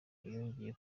rwongeye